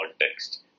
context